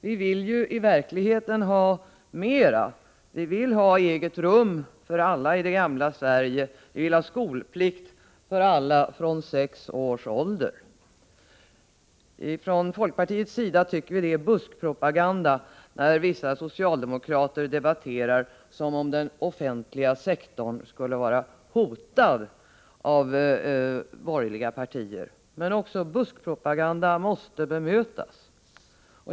Vi vill ju i verkligheten ha mer, allt ifrån eget rum för alla i det gamla Sverige till skolplikt för alla från sex års ålder. Vi från folkpartiet tycker att det är buskpropaganda, när vissa socialdemokrater debatterar som om den offentliga sektorn skulle vara hotad av de borgerliga partierna. Men också buskpropaganda måste bemötas.